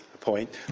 point